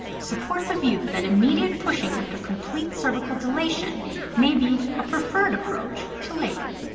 support the view that immediate pushing after complete cervical dilation may be a preferred approach to labor.